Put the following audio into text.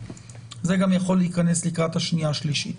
אבל זה גם יכול להיכנס לקראת הקריאה השנייה והשלישית.